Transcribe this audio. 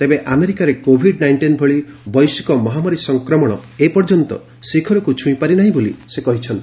ତେବେ ଆମେରିକାରେ covid nineteen ଭଳି ବୈଶ୍ୱିକ ମହାମାରୀ ସଂକ୍ରମଣ ଏପର୍ଯ୍ୟନ୍ତ ଶିଖରକୁ ଛୁଇଁପାରି ନାହିଁ ବୋଲି ସେ କହିଛନ୍ତି